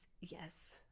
Yes